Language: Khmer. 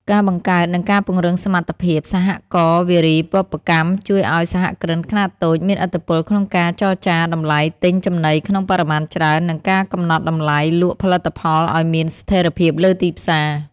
ការបង្កើត និងការពង្រឹងសមត្ថភាពសហករណ៍វារីវប្បកម្ម ជួយឱ្យសហគ្រិនខ្នាតតូចមានឥទ្ធិពលក្នុងការចរចាតម្លៃទិញចំណីក្នុងបរិមាណច្រើន និងការកំណត់តម្លៃលក់ផលិតផលឱ្យមានស្ថិរភាពលើទីផ្សារ។